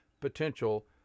potential